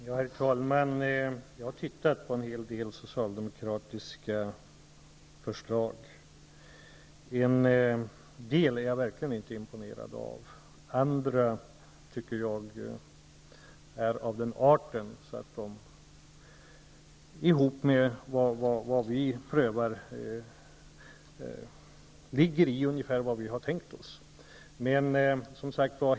Herr talman! Jag har studerat en hel del socialdemokratiska förslag. En del är jag verkligen inte imponerad av, medan andra ligger ungefär i linje med vad vi har tänkt oss.